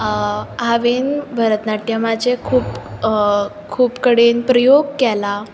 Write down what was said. हांवें भरतनाट्यमाचे खूब खूब कडेन प्रयोग केला